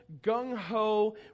gung-ho